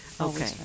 Okay